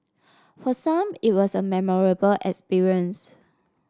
for some it was a memorable experience